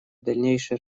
дальнейшей